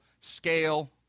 scale